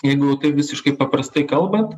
jeigu tai visiškai paprastai kalbant